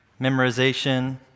memorization